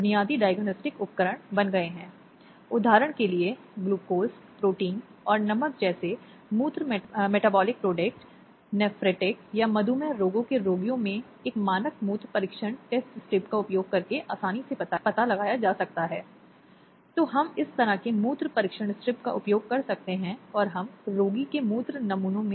कभी कभी प्रक्रिया महिलाओं के रास्ते में आती है वास्तव में कानून के प्रावधानों का आह्वान कर रही है या न्याय के विधिनियम तक पहुँचने की कोशिश कर रही है उसे यह महँगा लग सकता है उसे बहुत थकाऊ बहुत समय लग सकता है इत्यादि